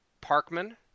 Parkman